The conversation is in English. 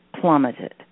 plummeted